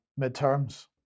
midterms